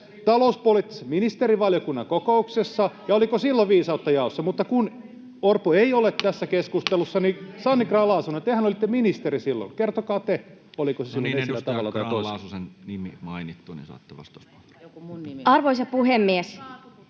talouspoliittisessa ministerivaliokunnan kokouksessa ja oliko silloin viisautta jaossa? Mutta kun Orpo ei ole tässä keskustelussa, niin Sanni Grahn-Laasonen, tehän olitte ministeri silloin, kertokaa te: oliko se silloin esillä tavalla tai